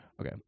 Okay